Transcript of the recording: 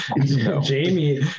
Jamie